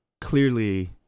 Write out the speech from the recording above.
clearly